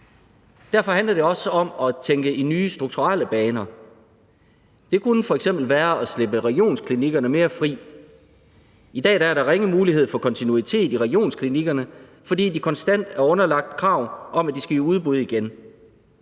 Derfor handler det også om at tænke i nye strukturelle baner. Det kunne f.eks. være at slippe regionsklinikkerne mere fri. I dag er der ringe mulighed for kontinuitet i regionsklinikkerne, fordi de konstant er underlagt krav om, at de skal i udbud igen.